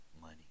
money